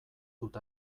dut